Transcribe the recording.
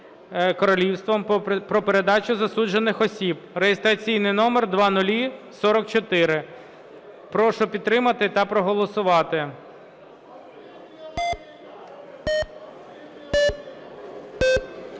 Прошу підтримати та проголосувати.